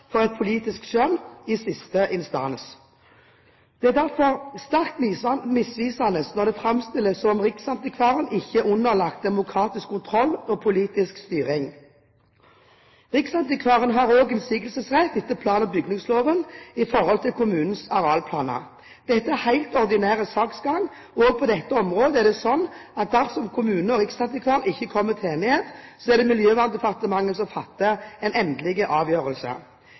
for et politisk skjønn i siste instans. Det er derfor sterkt misvisende når det framstilles som om riksantikvaren ikke er underlagt demokratisk kontroll og politisk styring. Riksantikvaren har også innsigelsesrett etter plan- og bygningsloven når det gjelder kommunens arealplaner. Dette er helt ordinær saksgang. Også på dette området er det slik at dersom kommune og riksantikvar ikke kommer til enighet, er det Miljøverndepartementet som fatter en endelig avgjørelse.